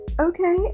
Okay